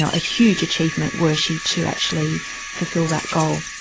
a huge achievement were she to actually fulfil that goal.